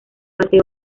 mateo